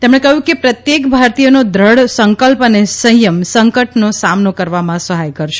તેમણે કહ્યું કે પ્રત્યેક ભારતીયનો દ્રઢ સંકલ્પ અને સંયમ સંકટનો સામનો કરવામાં સહાય કરશે